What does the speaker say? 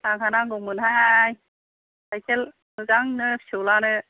आंहा नांगौमोनहाय साइखेल मोजांनो फिसौज्लानो